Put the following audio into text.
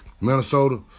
Minnesota